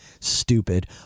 Stupid